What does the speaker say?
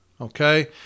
Okay